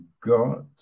got